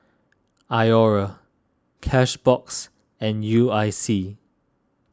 Iora Cashbox and U I C